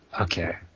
okay